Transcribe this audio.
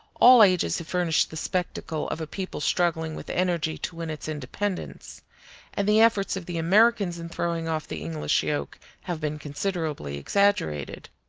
all ages have furnished the spectacle of a people struggling with energy to win its independence and the efforts of the americans in throwing off the english yoke have been considerably exaggerated.